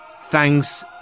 Thanks